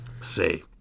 Say